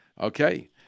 Okay